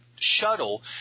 Shuttle